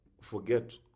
forget